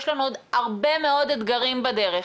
יש לנו עוד הרבה מאוד אתגרים בדרך,